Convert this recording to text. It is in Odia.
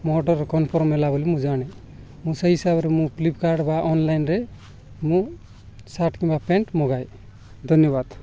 ମୋ ଅର୍ଡ଼ର କନଫର୍ମ ହେଲା ବୋଲି ମୁଁ ଜାଣେ ମୁଁ ସେଇ ହିସାବରେ ମୁଁ ଫ୍ଲିପକାର୍ଟ ବା ଅନଲାଇନ୍ରେ ମୁଁ ସାର୍ଟ କିମ୍ବା ପ୍ୟାଣ୍ଟ ମଗାଏ ଧନ୍ୟବାଦ